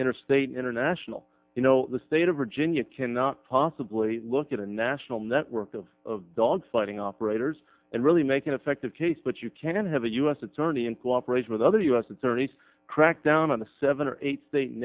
interstate international you know the state of virginia cannot possibly look at a national network of dogfighting operators and really make an effective case but you can have a u s attorney in cooperation with other u s attorneys crack down on the seven or eight